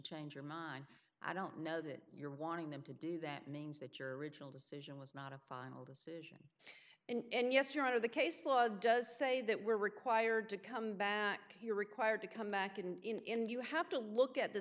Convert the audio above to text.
change your mind i don't know that you're wanting them to do that means that your original decision was not a final decision and yes your out of the case law does say that we're required to come back you're required to come back in you have to look at the